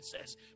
says